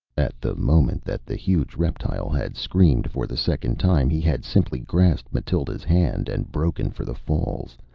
at the moment that the huge reptile had screamed for the second time, he had simply grasped mathild's hand and broken for the falls,